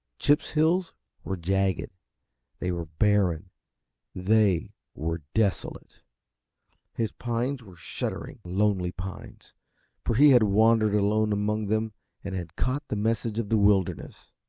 chip's hills were jagged, they were barren they were desolate his pines were shuddering, lonely pines for he had wandered alone among them and had caught the message of the wilderness.